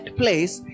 place